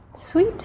sweet